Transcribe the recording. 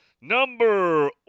Number